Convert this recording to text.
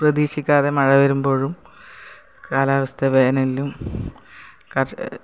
പ്രതീക്ഷിക്കാതെ മഴ വരുമ്പോഴും കാലാവസ്ഥ വേനലിലും കർഷ